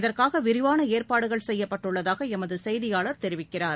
இதற்காக விரிவான ஏற்பாடுகள் செய்யப்பட்டுள்ளதாக எமது செய்தியாளர் தெரிவிக்கிறார்